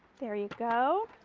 there you go.